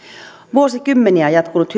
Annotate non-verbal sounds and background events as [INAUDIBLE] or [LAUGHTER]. vuosikymmeniä jatkuneen [UNINTELLIGIBLE]